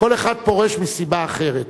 כל אחד פורש מסיבה אחרת.